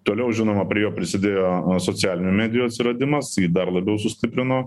toliau žinoma prie jo prisidėjo socialinių medijų atsiradimas jį dar labiau sustiprino